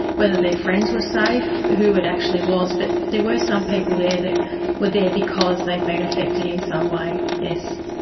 whether their friends were safe, who it actually was. but there were some people there that were there because they'd been affected in some way, yes.